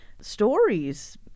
stories